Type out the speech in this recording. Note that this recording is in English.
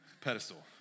pedestal